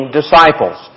disciples